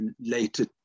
later